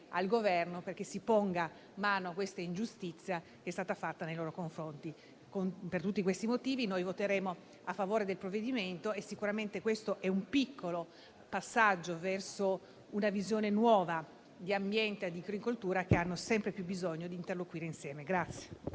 al Governo perché si ponga rimedio a questa ingiustizia che è stata perpetrata nei loro confronti. Per tutti questi motivi voteremo a favore del provvedimento, che sicuramente è un piccolo passaggio verso una visione nuova di ambiente e di agricoltura, due ambiti che hanno sempre più bisogno di interloquire fra